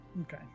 Okay